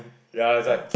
ya that's why